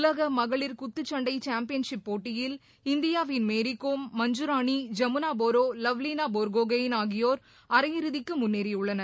உலக மகளிர் குத்துச்சண்டை சாம்பியன்ஷிப் போட்டியில் இந்தியாவின் மேரி கோம் மஞ்சராணி ஜமுனா போரோ லவ்லினா போர்கோகெய்ன் ஆகியோர் அரை இறுதிக்கு முன்னேறியுள்ளனர்